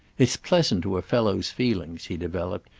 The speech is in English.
it's pleasant to a fellow's feelings, he developed,